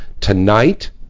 tonight